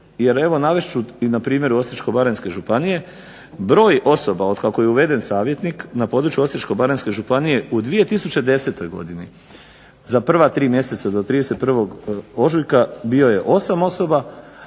jer evo navest ću i na primjeru Osječko-baranjske županije, broj osoba otkako je uveden savjetnik na području Osječko-baranjske županije u 2010. godini za prva tri mjeseca do 31. ožujka bio je osam osoba,